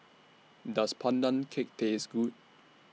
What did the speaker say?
Does Pandan Cake Taste Good